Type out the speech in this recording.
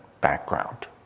background